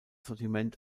sortiment